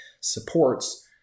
supports